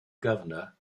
governor